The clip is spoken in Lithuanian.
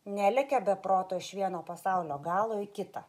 nelekia be proto iš vieno pasaulio galo į kitą